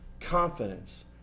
confidence